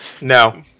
No